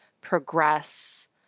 progress